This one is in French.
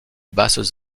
basses